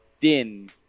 Din